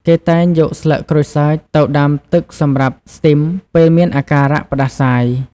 គេតែងយកស្លឹកក្រូចសើចទៅដាំទឹកសម្រាប់ស្ទីម ពេលមានអាការៈផ្តាសាយ។